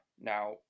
Now